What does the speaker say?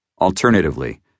Alternatively